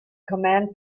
command